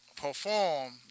perform